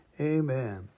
Amen